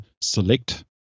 select